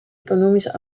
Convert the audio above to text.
economische